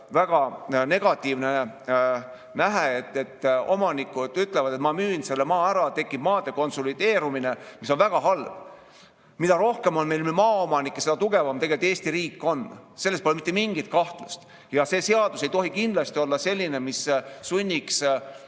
väga negatiivne nähe, kui omanikud ütlevad, et ma müün selle maa ära. Tekib maade konsolideerumine, mis on väga halb. Mida rohkem on meil maaomanike, seda tugevam tegelikult Eesti riik on. Selles pole mitte mingit kahtlust. Ja see seadus ei tohi kindlasti olla selline, mis sunniks